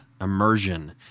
immersion